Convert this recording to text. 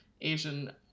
Asian